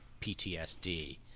PTSD